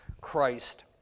Christ